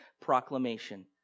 proclamation